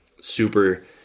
super